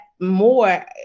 more